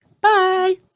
Bye